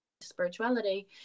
spirituality